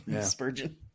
Spurgeon